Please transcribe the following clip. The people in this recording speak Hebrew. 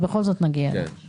אנחנו